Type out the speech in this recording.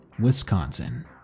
Wisconsin